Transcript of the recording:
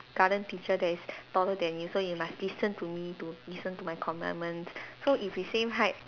~garten teacher that is taller than you so you must listen to me to listen to my commandments so if we same height